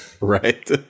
Right